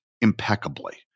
impeccably